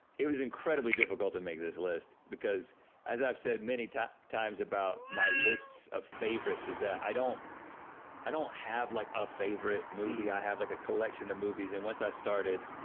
it was incredibly difficult to make this list because as i've said many times times about my lists of favorites is that i don't i don't have like a favorite movie, i have like a collection of movies, and once i started